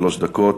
שלוש דקות.